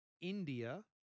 India